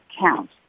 count